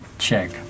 Check